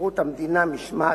שירות המדינה (משמעת),